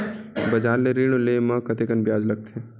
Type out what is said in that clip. बजार ले ऋण ले म कतेकन ब्याज लगथे?